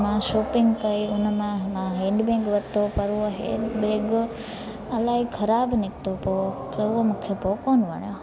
मां शॉपिंग करे उन में मां हैंडबैग वरितो पर हो हैंडबैग इलाही ख़राबु निकितो पियो त उहो मूंखे पोइ कोन वणियो